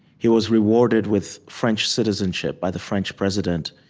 he was rewarded with french citizenship by the french president,